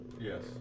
Yes